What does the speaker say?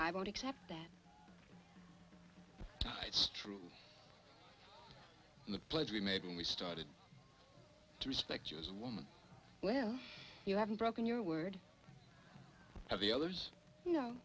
accept that it's true in the pledge we made when we started to respect you as a woman well you haven't broken your word of the others you know